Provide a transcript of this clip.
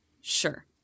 Sure